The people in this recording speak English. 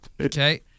Okay